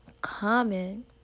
comment